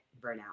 burnout